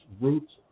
roots